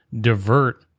divert